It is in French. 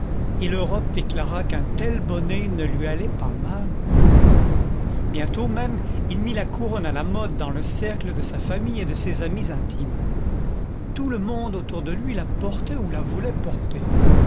et l'europe déclara qu'un tel bonnet ne lui allait pas mal bientôt même il mit la couronne à la mode dans le cercle de sa famille et de ses amis intimes tout le monde autour de lui la portait ou la voulait porter